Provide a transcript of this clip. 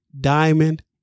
Diamond